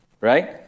Right